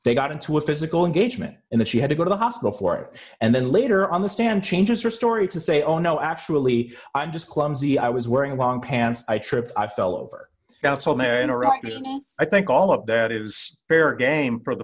they got into a physical engagement in that she had to go to the hospital for it and then later on the stand changes her story to say oh no actually i'm just clumsy i was wearing long pants i tripped i fell over in iraq and i think all of that is fair game for the